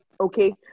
Okay